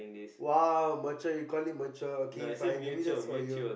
!wow! mature you call it mature okay fine maybe that's for you